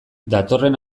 datorren